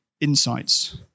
insights